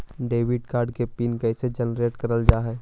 Debit card के PIN कैसे generate करल जाहै?